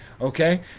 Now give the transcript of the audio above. okay